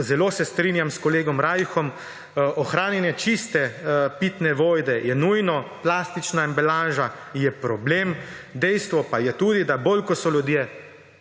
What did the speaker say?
Zelo se strinjam s kolegom Rajhom. Ohranjanje čiste pitne vode je nujno, plastična embalaža je problem, dejstvo pa je tudi, da bolj kot so ljudje